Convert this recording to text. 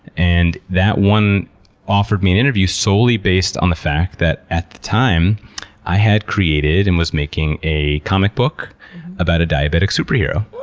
and that one offered me an interview solely based on the fact that at the time i had created and was making a comic book about a diabetic superhero.